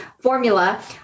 formula